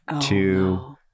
two